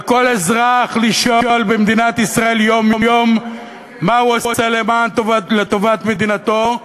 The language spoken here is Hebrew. על כל אזרח במדינת ישראל לשאול יום-יום מה הוא עשה לטובת מדינתו,